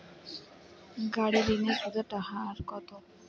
গাড়ির ঋণের সুদের হার কতো?